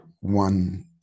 one